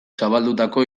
zabaldutako